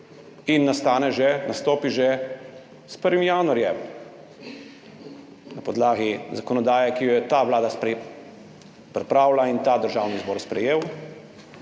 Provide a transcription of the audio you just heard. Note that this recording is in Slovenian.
in nastopi že s 1. januarjem na podlagi zakonodaje, ki jo je ta vlada pripravila in Državni zbor sprejel,